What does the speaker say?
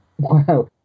Wow